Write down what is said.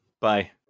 Bye